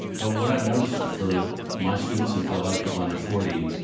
but what i've noticed for my students and for a lot of people under forty,